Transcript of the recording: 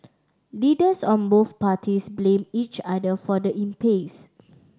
leaders of both parties blamed each other for the impasse